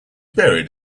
buried